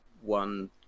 one